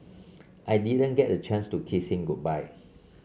I didn't get a chance to kiss him goodbye